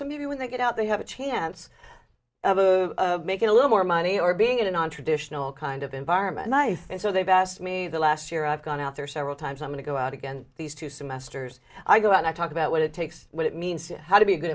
so maybe when they get out they have a chance to make it a little more money or being in a nontraditional kind of environment knife and so they've asked me the last year i've gone out there several times i'm going to go out again these two semesters i go out to talk about what it takes what it means how to be a good